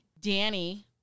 Danny